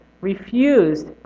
refused